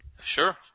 Sure